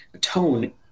Tone